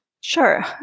Sure